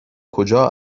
کجا